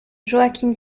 joaquin